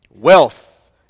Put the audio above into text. Wealth